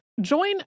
Join